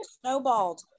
Snowballed